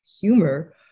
humor